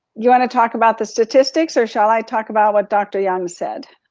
you wanna talk about the statistics, or shall i talk about what dr. young said?